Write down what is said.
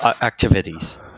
activities